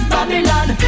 Babylon